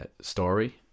story